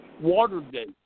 Watergate